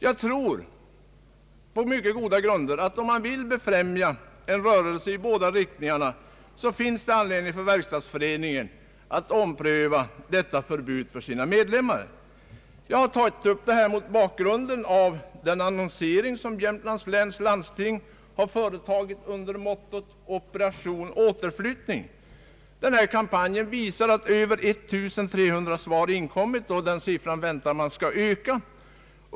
Jag tror att om man vill främja en rörelse i båda riktningarna finns det nog anledning för Verkstadsföreningen att ompröva detta förbud för sina medlemmar. Jag har tagit upp denna fråga mot bakgrunden av den annonsering som Jämtlands läns landsting har gjort under mottot: Operation återflyttning. Denna kampanj visar att över 1 300 svar inkommit, och den siffran väntar man skall öka.